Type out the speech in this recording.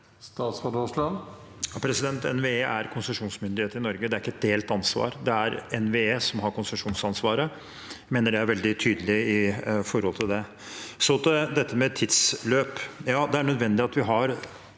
NVE er konse- sjonsmyndighet i Norge. Det er ikke et delt ansvar. Det er NVE som har konsesjonsansvaret. Jeg mener det er veldig tydelig. Så til dette med tidsløp. Ja, det er nødvendig at vi har